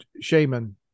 shaman